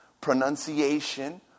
pronunciation